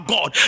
God